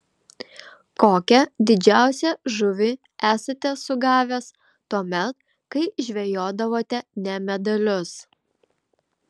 kokią didžiausią žuvį esate sugavęs tuomet kai žvejodavote ne medalius